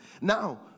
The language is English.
Now